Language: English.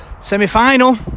semi-final